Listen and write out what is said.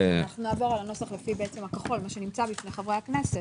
נעבור על הנוסח הכחול, מה שנמצא בפני חברי הכנסת.